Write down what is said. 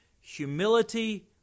humility